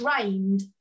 drained